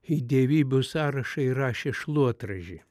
į dievybių sąrašą įrašė šluotražį